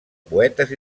poetes